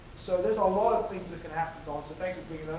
so there's a lot of things that can happen, dawn, so thank